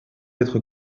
être